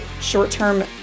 short-term